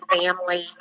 family